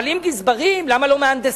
אבל אם גזברים, למה לא מהנדסים?